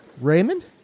Raymond